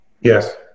Yes